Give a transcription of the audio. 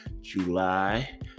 july